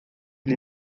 lhe